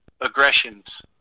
aggressions